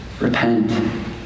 Repent